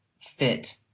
fit